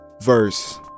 verse